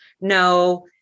No